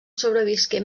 sobrevisqué